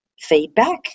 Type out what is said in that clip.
feedback